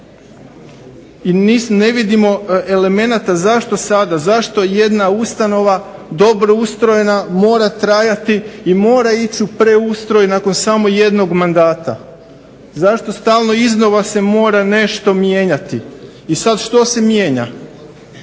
i ne vidimo elemenata zašto sada, zašto jedna ustanova dobro ustrojena, mora trajati i mora ići u preustroj nakon samo jednog mandata, zašto stalno iznova se mora nešto mijenjati. I sada što se mijenja?